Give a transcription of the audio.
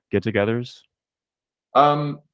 get-togethers